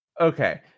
Okay